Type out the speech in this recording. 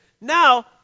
Now